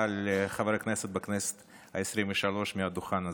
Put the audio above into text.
כחבר כנסת בכנסת העשרים-ושלוש מהדוכן הזה.